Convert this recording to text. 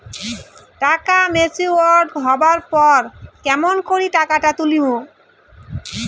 টাকা ম্যাচিওরড হবার পর কেমন করি টাকাটা তুলিম?